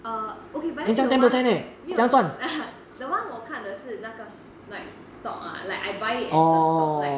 err okay but then the one I 没有 the one 我看的是那个 like stock ah like I buy it as a stock like